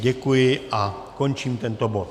Děkuji a končím tento bod.